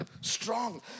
strong